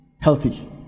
healthy